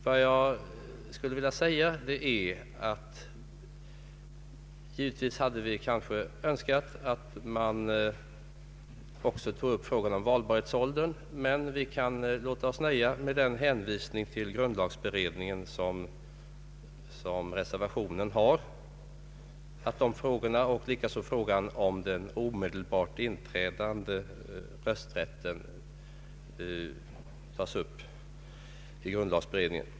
Vad jag skulle vilja framhålla är att vi kanske hade önskat, att man också tog upp frågan om valbarhetsåldern, men vi kan låta oss nöja med att man i reservationen hänvisar till grundlagberedningen och att alltså dessa frågor, liksom även frågan om den omedelbart inträdande rösträtten, tas upp i grundlagberedningen.